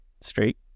straight